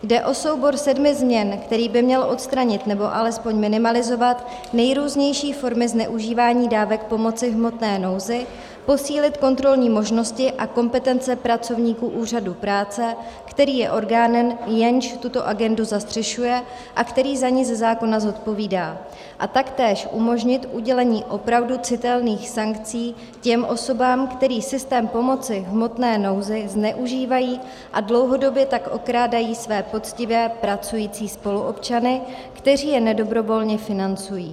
Jde o soubor sedmi změn, který by měl odstranit nebo alespoň minimalizovat nejrůznější formy zneužívání dávek pomoci v hmotné nouzi, posílit kontrolní možnosti a kompetence pracovníků Úřadu práce, který je orgánem, jenž tuto agendu zastřešuje a který za ni ze zákona zodpovídá, a taktéž umožnit udělení opravdu citelných sankcí těm osobám, které systém pomoci v hmotné nouzi zneužívají, a dlouhodobě tak okrádají své poctivé pracující spoluobčany, kteří je nedobrovolně financují.